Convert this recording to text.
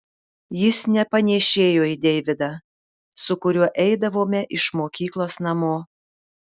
jis nepanėšėjo į deividą su kuriuo eidavome iš mokyklos namo